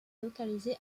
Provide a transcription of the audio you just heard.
localisée